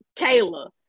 Kayla